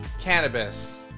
cannabis